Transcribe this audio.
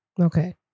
Okay